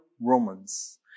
Romans